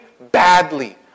badly